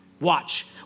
watch